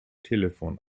telefon